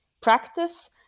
practice